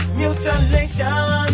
mutilation